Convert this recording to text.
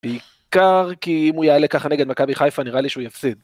‫בעיקר כי אם הוא יעלה ככה ‫נגד מכבי חיפה, נראה לי שהוא יפסיד.